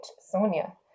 Sonia